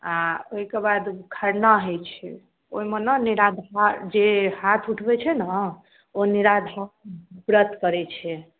आ ओहिके बाद खरना होइ छै ओहिमे ने निराधार जे हाथ उठबै छै ने ओ निराधार व्रत करै छै